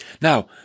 Now